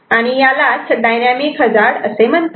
यालाच dynamic hazard म्हणतात